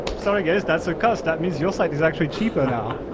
sorry guys, that's a cost that means your side is actually cheaper now.